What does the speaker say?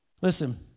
Listen